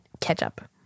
ketchup